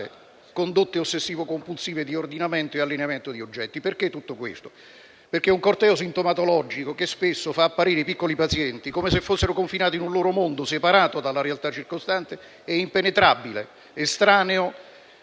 condotte ossessivo/compulsive di ordinamento ed allineamento di oggetti. Si tratta, dunque, di un corteo sintomatologico che spesso fa apparire i piccoli pazienti come se fossero confinati in un loro mondo, separato dalla realtà circostante ed impenetrabile, estraneo